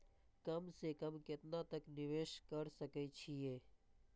कम से कम केतना तक निवेश कर सके छी ए?